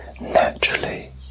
naturally